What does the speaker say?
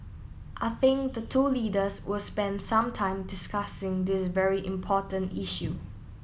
I think the two leaders will spend some time discussing this very important issue